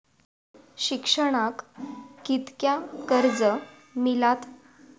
शिक्षणाक कीतक्या कर्ज मिलात?